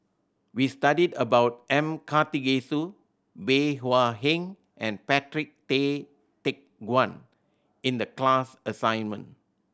we studied about M Karthigesu Bey Hua Heng and Patrick Tay Teck Guan in the class assignment